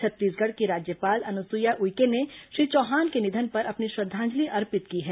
छत्तीसगढ़ की राज्यपाल अनुसुईया ने श्री चौहान के निधन पर अपनी श्रद्वांजलि अर्पित की है